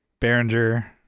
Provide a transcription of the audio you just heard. Behringer